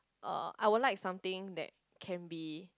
uh I would like something that can be